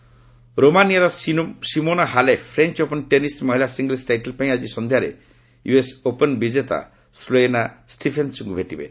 French Open ରୋମାନିଆର Simona Halep French Open tennis ମହିଳା singles title ପାଇଁ ଆଜି ସନ୍ଧ୍ୟାରେ ୟୁଏସ୍ଏ ଓପନ୍ ବିଜେତା ସ୍କୋଏନ୍ ଷ୍ଟିଫେନ୍ଙ୍କ୍ ଭେଟିବେ